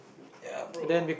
ya bro